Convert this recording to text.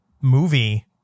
movie